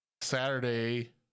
Saturday